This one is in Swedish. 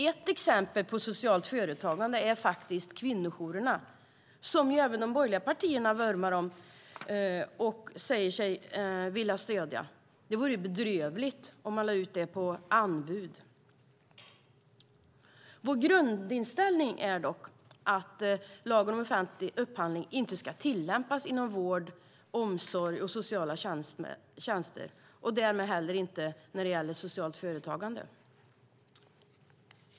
Ett exempel på socialt företagande är kvinnojourerna, som även de borgerliga partierna vurmar för och säger sig vilja stödja. Det vore bedrövligt om man lade ut det på anbud. Vår grundinställning är dock att lagen om offentlig upphandling inte ska tillämpas inom vård, omsorg och sociala tjänster och därmed inte heller när det gäller socialt företagande.